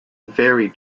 very